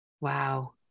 Wow